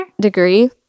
degree